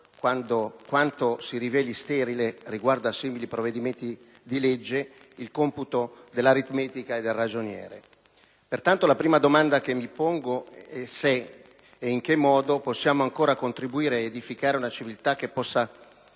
quanto si riveli sterile, riguardo a simili provvedimenti di legge, il computo dell'aritmetica e del ragioniere. Pertanto, la prima domanda che mi pongo è se, e in che modo, possiamo ancora contribuire ad edificare una civiltà che possa